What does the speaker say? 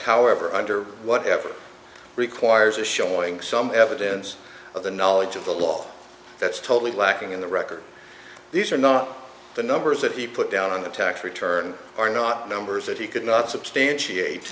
however under whatever requires a showing some evidence of the knowledge of the law that's totally lacking in the record these are not the numbers that he put out on the tax returns are not numbers that he could not substantiate